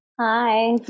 Hi